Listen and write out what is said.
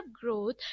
growth